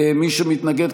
מי שמתנגד,